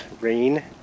rain